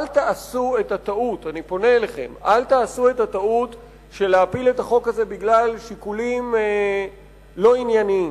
אל תעשו את הטעות של הפלת החוק הזה בגלל שיקולים לא ענייניים.